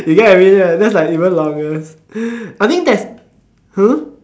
if you get what I mean right that's like even longer I think that !huh!